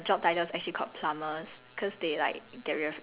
how you say he fights aliens so his